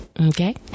Okay